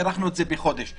הארכנו את זה בחודש.